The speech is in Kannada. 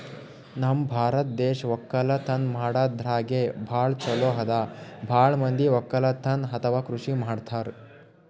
ನಮ್ ಭಾರತ್ ದೇಶ್ ವಕ್ಕಲತನ್ ಮಾಡದ್ರಾಗೆ ಭಾಳ್ ಛಲೋ ಅದಾ ಭಾಳ್ ಮಂದಿ ವಕ್ಕಲತನ್ ಅಥವಾ ಕೃಷಿ ಮಾಡ್ತಾರ್